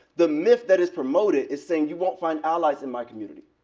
the myth that is promoted is saying you won't find allies in my community.